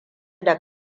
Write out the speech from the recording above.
da